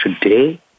today